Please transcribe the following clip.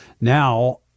Now